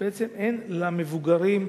למבוגרים,